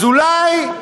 אז אולי,